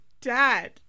dad